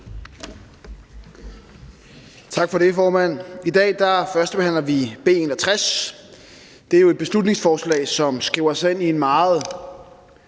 Tak for det, formand. I dag førstebehandler vi B 61, der jo er et beslutningsforslag, som skriver sig ind i en meget